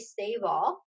stable